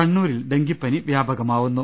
കണ്ണൂരിൽ ഡങ്കിപ്പനി വ്യാപകമാവുന്നു